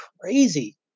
crazy